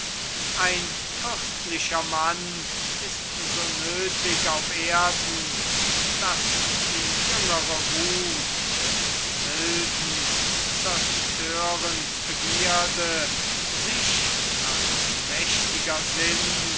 ein fürstlicher mann ist so nötig auf erden daß die jüngere wut des wilden zerstörens begierde sich als mächtiger sinn